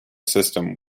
system